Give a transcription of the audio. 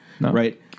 right